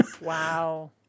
Wow